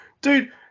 dude